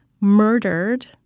murdered